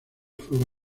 fuego